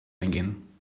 eingehen